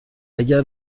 اگر